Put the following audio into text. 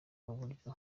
uburyo